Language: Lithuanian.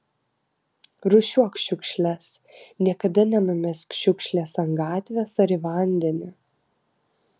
rūšiuok šiukšles niekada nenumesk šiukšlės ant gatvės ar į vandenį